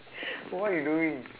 what you doing